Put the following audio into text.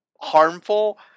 harmful